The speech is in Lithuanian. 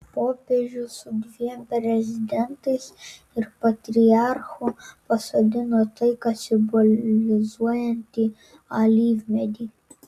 popiežius su dviem prezidentais ir patriarchu pasodino taiką simbolizuojantį alyvmedį